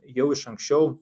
jau iš anksčiau